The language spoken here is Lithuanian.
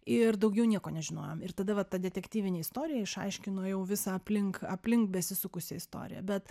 ir daugiau nieko nežinojom ir tada ta va detektyvinė istorija išaiškino jau visą aplink aplink besisukusią istoriją bet